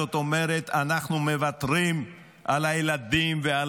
זאת אומרת: אנחנו מוותרים על הילדים ועל